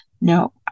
no